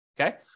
Okay